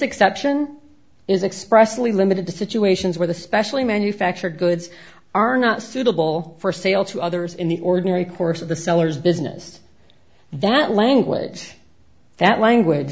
exception is expressly limited to situations where the specially manufactured goods are not suitable for sale to others in the ordinary course of the seller's business that language that language